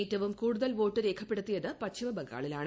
ഏറ്റവും കൂടുതൽ വോട്ട് രേഖപ്പെടുത്തിയത് പശ്ചിമബംഗാളിലാണ്